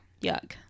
Yuck